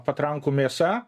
patrankų mėsa